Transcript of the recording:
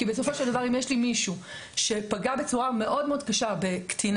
כי בסופו של דבר אם יש לי מישהו שפגע בצורה מאוד מאוד קשה בקטינה,